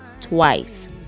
twice